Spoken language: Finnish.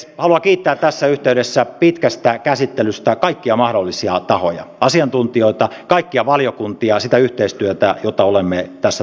haluan kiittää tässä yhteydessä pitkästä käsittelystä kaikkia mahdollisia tahoja asiantuntijoita kaikkia valiokuntia siitä yhteistyöstä jota olemme tässä talossa tehneet